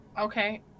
Okay